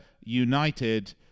United